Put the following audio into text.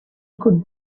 could